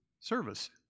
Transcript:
service